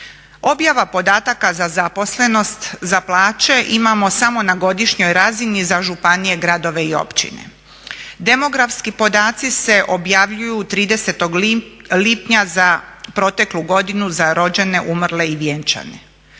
Objava podataka za zaposlenost, za plaće imamo samo na godišnjoj razini za županije, gradove i općine. Demografski podaci se objavljuju 30. lipnja za proteklu godinu za rođene, umrle i vjenčane.